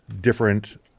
different